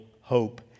hope